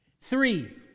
Three